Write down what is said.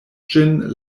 ĝin